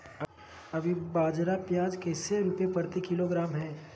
अभी बाजार प्याज कैसे रुपए प्रति किलोग्राम है?